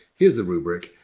here's the rubrics,